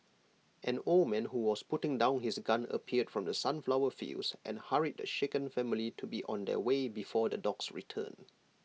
an old man who was putting down his gun appeared from the sunflower fields and hurried the shaken family to be on their way before the dogs return